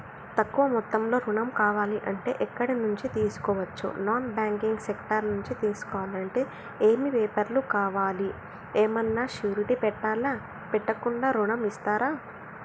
తక్కువ మొత్తంలో ఋణం కావాలి అంటే ఎక్కడి నుంచి తీసుకోవచ్చు? నాన్ బ్యాంకింగ్ సెక్టార్ నుంచి తీసుకోవాలంటే ఏమి పేపర్ లు కావాలి? ఏమన్నా షూరిటీ పెట్టాలా? పెట్టకుండా ఋణం ఇస్తరా?